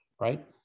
right